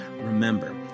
Remember